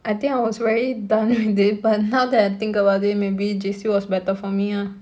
I think I was very done with it but now that I think about they maybe J_C was better for me ah